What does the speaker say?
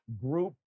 group